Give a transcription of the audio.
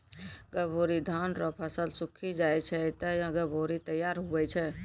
गभोरी धान रो फसल सुक्खी जाय छै ते गभोरी तैयार हुवै छै